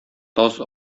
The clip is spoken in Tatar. таз